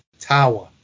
tower